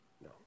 No